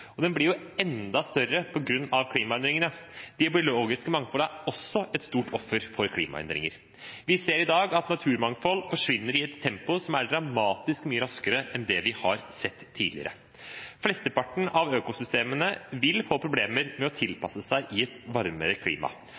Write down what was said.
Og den blir enda større på grunn av klimaendringene. Det biologiske mangfoldet er også et stort offer for klimaendringene. Vi ser i dag at naturmangfold forsvinner i et tempo som er dramatisk mye raskere enn det vi har sett tidligere. Flesteparten av økosystemene vil få problemer med å tilpasse seg et varmere klima.